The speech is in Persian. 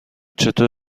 چطور